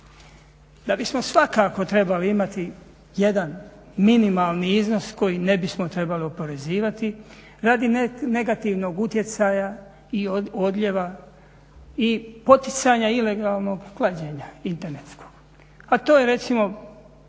Da bismo svakako trebali imati jedan minimalni iznos koji ne bismo trebali oporezivati radi negativnog utjecaja i odljeva i poticanja ilegalnog klađenja internetskog. A to je recimo